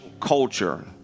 culture